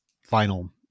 final